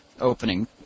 opening